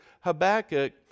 habakkuk